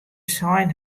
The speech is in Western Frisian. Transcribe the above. sein